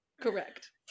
Correct